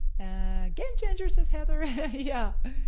a game changer says heather, yeah.